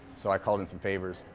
so i called in some favors.